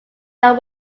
that